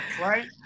right